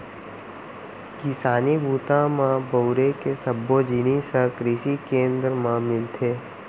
किसानी बूता म बउरे के सब्बो जिनिस ह कृसि केंद्र म मिलथे